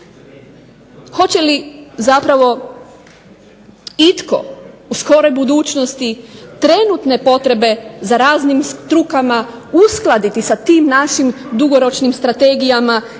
Hoće li zapravo itko u skoroj budućnosti trenutne potrebe za raznim strukama uskladiti sa tim našim dugoročnim strategijama i očekivanim